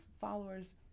followers